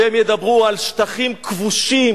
והם ידברו על שטחים כבושים